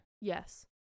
yes